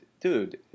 Dude